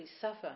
suffer